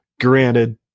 Granted